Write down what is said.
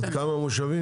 עד כמה מושבים?